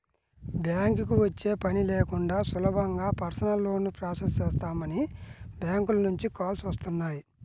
బ్యాంకుకి వచ్చే పని లేకుండా సులభంగా పర్సనల్ లోన్ ప్రాసెస్ చేస్తామని బ్యాంకుల నుంచి కాల్స్ వస్తున్నాయి